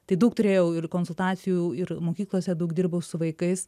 tai daug turėjau ir konsultacijų ir mokyklose daug dirbau su vaikais